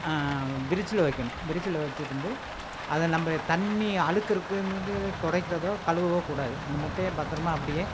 ஃபிரிட்ஜில் வைக்கணும் ஃபிரிட்ஜில் வச்சு இருந்து அதை நம்ம தண்ணி அழுக்கு இருக்குனு துடைக்குறதோ கழுவவோக் கூடாது அந்த முட்டையை பத்திரமா அப்படியே